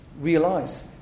realize